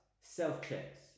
Self-checks